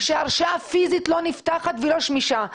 הרשאה פיזית לא נפתחת ולא שמישה.